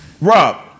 Rob